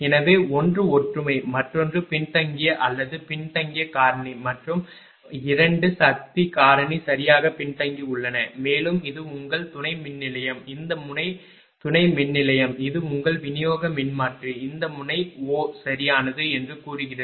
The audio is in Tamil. எனவே ஒன்று ஒற்றுமை மற்றொன்று பின்தங்கிய அல்லது பின்தங்கிய காரணி மற்ற இரண்டு சக்தி காரணி சரியாக பின்தங்கியுள்ளன மேலும் இது உங்கள் துணை மின்நிலையம் இந்த முனை துணை மின்நிலையம் இது உங்கள் விநியோக மின்மாற்றி இந்த முனை ஓ சரியானது என்று கூறுகிறது